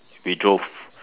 we drove